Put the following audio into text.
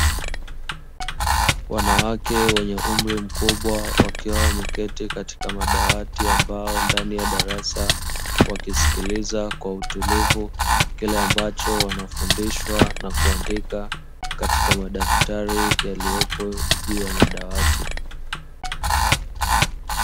Wanawake wenye umri mkubwa wakiwa wameketi katika madawati ya mbao ndani ya darasa, wakisikiliza kwa utulivu kile ambacho wanafundishwa na kuandika katika madaftari yaliyopo juu ya madawati.